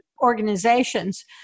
organizations